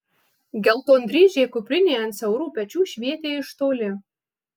geltondryžė kuprinė ant siaurų pečių švietė iš toli